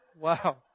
wow